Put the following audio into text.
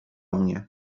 mnie